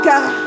God